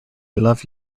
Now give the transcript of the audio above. love